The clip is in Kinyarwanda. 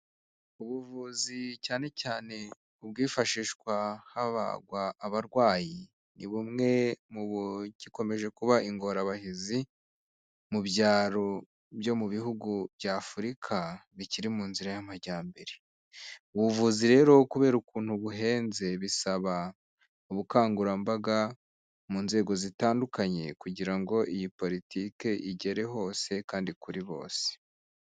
Ubuvuzi cyane cyane ubwifashishwa habagwa abarwayi ni bumwe mubigikomeje kuba ingorabahizi mu byaro byo mu bihugu bya Afurika bikiri mu nzira y'amajyambere, ubuvuzi rero kubera ukuntu buhenze bisaba ubukangurambaga mu nzego zitandukanye kugira ngo iyi politiki igere hose kandi kuri bose.